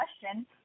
question